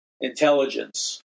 intelligence